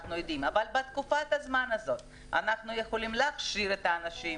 אבל בתקופת הזמן הזו אנו יכולים להכשיר את האנשים,